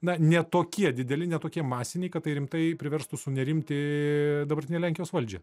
na ne tokie dideli ne tokie masiniai kad tai rimtai priverstų sunerimti dabartinę lenkijos valdžią